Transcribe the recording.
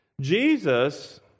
Jesus